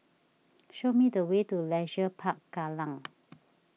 show me the way to Leisure Park Kallang